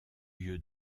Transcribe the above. lieu